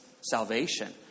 salvation